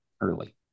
early